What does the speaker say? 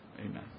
Amen